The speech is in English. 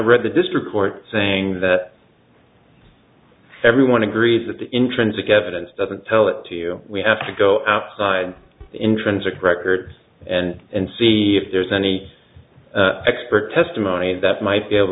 read the district court saying that everyone agrees that the intrinsic evidence doesn't tell it to you we have to go outside intrinsic records and and see if there's any expert testimony that might be able